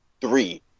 three